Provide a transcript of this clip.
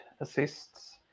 assists